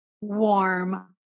warm